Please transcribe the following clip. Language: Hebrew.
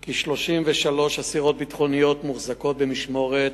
כי 33 אסירות ביטחוניות מוחזקות במשמורת,